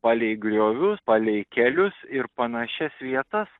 palei griovius palei kelius ir panašias vietas